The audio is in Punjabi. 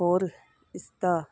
ਹੋਰ ਇਸਦਾ